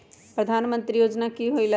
प्रधान मंत्री योजना कि होईला?